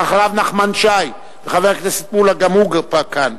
אחריו, נחמן שי, וחבר הכנסת מולה גם הוא כבר כאן.